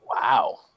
Wow